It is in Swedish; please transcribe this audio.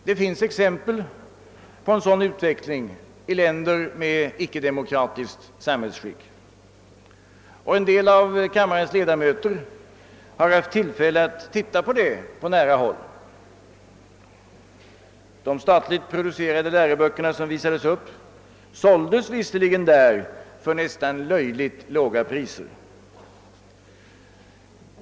Det finns exempel på en sådan utveckling i länder med icke-demokratiskt samhällsskick, och en del av kammarens ledamöter har haft tillfälle att se på det på nära håll. De statligt producerade läroböckerna som visades upp såldes visserligen där för nästan löjligt låga priser.